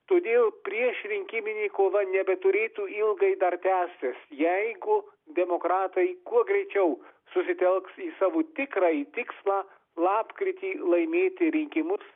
todėl priešrinkiminė kova nebeturėtų ilgai dar tęsis jeigu demokratai kuo greičiau susitelks į savo tikrąjį tikslą lapkritį laimėti rinkimus